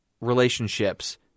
relationships